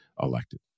elected